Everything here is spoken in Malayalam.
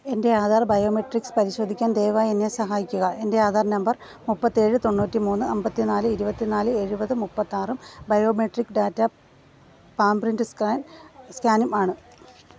എന്റെ ആധാർ ബയോമെട്രിക്സ് പരിശോധിക്കാൻ ദയവായെന്നെ സഹായിക്കുക എന്റെ ആധാർ നമ്പർ മുപ്പത്തിയേഴ് തൊണ്ണൂറ്റി മൂന്ന് അമ്പത്തി നാല് ഇരുപത്തി നാല് എഴുപത് മുപ്പത്തിയാറും biometric data palm print scan സ്കാനുമാണ്